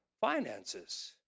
finances